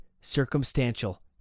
circumstantial